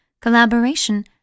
collaboration